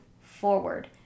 forward